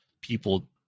people